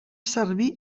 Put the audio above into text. servir